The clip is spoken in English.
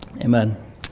Amen